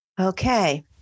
Okay